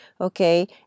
Okay